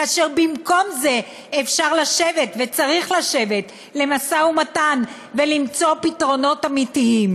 כאשר במקום זה אפשר לשבת וצריך לשבת למשא-ומתן ולמצוא פתרונות אמיתיים?